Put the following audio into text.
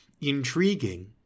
intriguing